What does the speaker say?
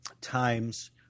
times